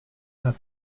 pas